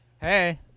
Hey